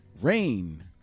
Rain